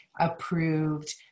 approved